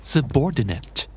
Subordinate